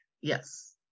Yes